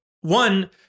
one